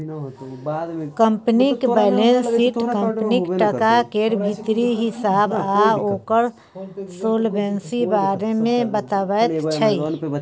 कंपनीक balance sheet कंपनीक टका केर भीतरी हिसाब आ ओकर सोलवेंसी बारे मे बताबैत छै